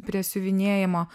prie siuvinėjimo